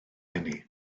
hynny